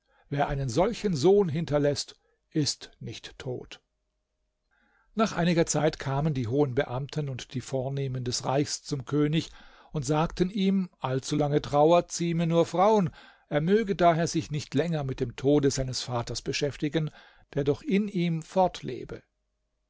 wer einen solchen sohn hinterläßt ist nicht tot nach einiger zeit kamen die hohen beamten und die vornehmen des reichs zum könig und sagten ihm allzulange trauer zieme nur frauen er möge daher sich nicht länger mit dem tode seines vaters beschäftigen der doch in ihm fortlebe